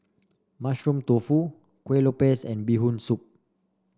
Mushroom Tofu Kueh Lopes and Bee Hoon Soup